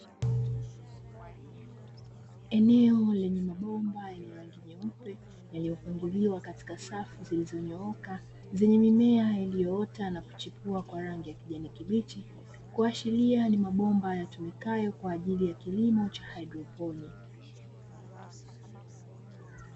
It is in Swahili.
Eneo lenye mabomba yenye rangi nyeupe yaliyopangiliwa katika safu zilizonyooka zenye mimea iliyoota na kuchipua kwa rangi ya kijani kibichi, kuashiria ni mabomba yatumikayo kwa ajili ya kilimo cha haidroponi.